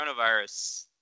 coronavirus